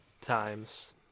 times